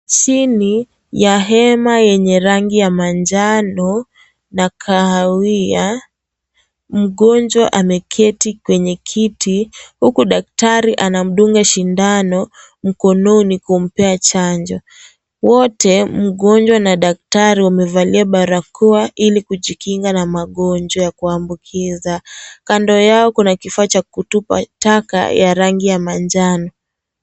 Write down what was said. Chini ya hema yenye rangi ya manjano na kahawia, mgonjwa ameketi kwenye kiti huku daktari anamdunga sindano mkononi ili kumpea chanjo. Wote mgonjwa na daktari wamevalia barakoa ili kujkinga na magonjwa ya kuambukiza. Kando yao kuna kifaa cha kutupa taka ya rangi ya manjano.